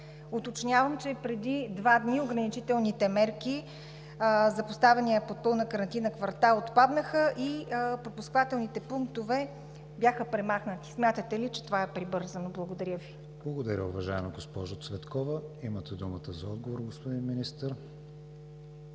Уточнявам, че преди два дни ограничителните мерки за поставения под пълна карантина квартал отпаднаха и пропускателните пунктове бяха премахнати. Смятате ли, че това е прибързано? Благодаря Ви. ПРЕДСЕДАТЕЛ КРИСТИАН ВИГЕНИН: Благодаря Ви, уважаема госпожо Цветкова. Имате думата за отговор, господин Министър.